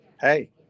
hey